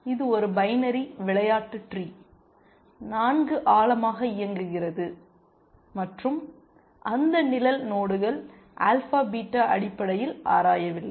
இது ஒரு பைனரி விளையாட்டு ட்ரீ 4 ஆழமாக இயங்குகிறது மற்றும் அந்த நிழல் நோடுகள் ஆல்பா பீட்டா அடிப்படையில் ஆராயவில்லை